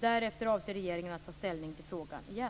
Därefter avser regeringen att ta ställning till frågan igen.